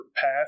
path